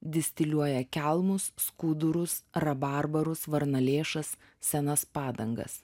distiliuoja kelmus skudurus rabarbarus varnalėšas senas padangas